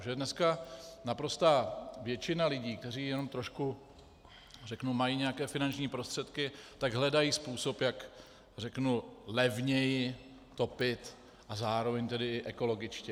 Že dneska naprostá většina lidí, kteří jenom trošku mají nějaké finanční prostředky, hledá způsob, jak levněji topit, a zároveň tedy ekologičtěji.